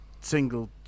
single